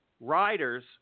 Riders